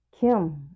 Kim